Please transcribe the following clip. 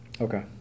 Okay